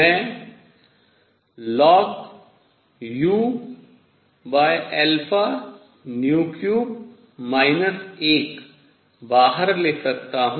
मैं ln u3 1 बाहर ले सकता हूँ